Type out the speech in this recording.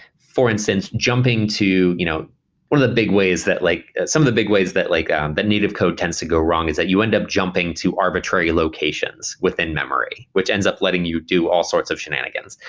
for instance, jumping you know one of the big ways that like some of the big ways that like um but native code tends to go wrong is that you end up jumping to arbitrary locations within memory, which ends up letting you do all sorts of shenanigans.